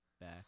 back